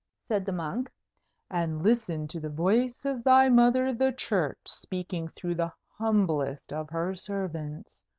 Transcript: said the monk and listen to the voice of thy mother the church speaking through the humblest of her servants.